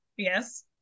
yes